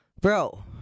Bro